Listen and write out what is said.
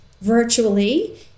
virtually